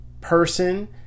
person